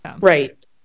right